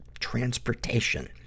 transportation